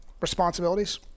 responsibilities